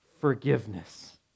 Forgiveness